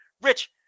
Rich